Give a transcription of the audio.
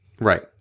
Right